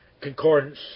concordance